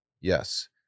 Yes